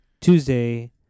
Tuesday